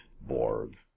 Borg